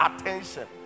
attention